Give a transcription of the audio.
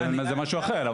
זה משהו אחר.